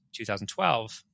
2012